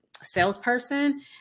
salesperson